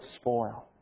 spoil